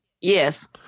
Yes